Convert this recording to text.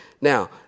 Now